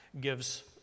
gives